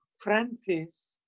Francis